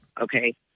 Okay